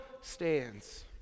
stands